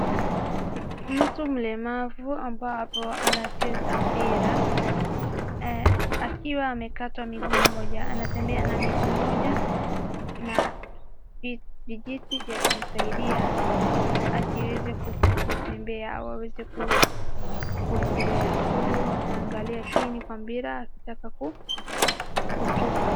Mtu mlemavu ambapo anacheza mpira akiwa amekatwa mguu mmoja, anatembea na vijiti vya kumsaidia aweze kutembea ama aweze kuendelea, huyu anaangalia kitu chini kwa mpira akitaka kutupa.